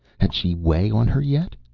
had she way on her yet?